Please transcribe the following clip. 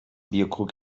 bierkrug